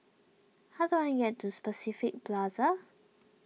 how do I get to Specific Plaza